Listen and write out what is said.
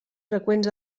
freqüents